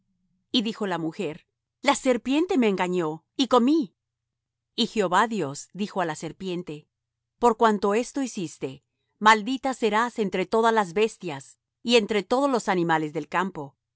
y dijo la mujer la serpiente me engañó y comí y jehová dios dijo á la serpiente por cuanto esto hiciste maldita serás entre todas las bestias y entre todos los animales del campo